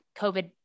COVID